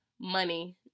money